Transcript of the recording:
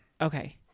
Okay